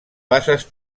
basses